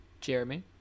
Jeremy